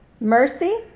mercy